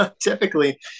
typically